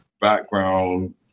background